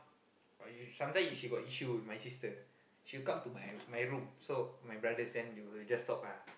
sometimes she got issue with my sister she'll come to my my room so my brothers and you will just talk ah